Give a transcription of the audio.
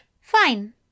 Fine